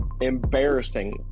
embarrassing